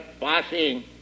passing